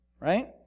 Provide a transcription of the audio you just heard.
right